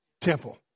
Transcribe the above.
temple